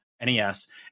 NES